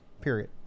period